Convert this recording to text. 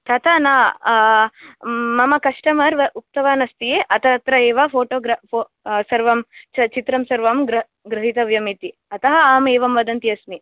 ततः न मम कस्टमर् उक्तवान् अस्ति अत्र तत्र एव फो़टो सर्वं चित्रं सर्वं गृहीतव्यम् इति अतः अहं एवं वदन्ती अस्मि